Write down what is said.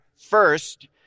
first